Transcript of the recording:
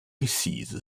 riceys